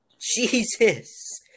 Jesus